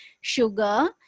sugar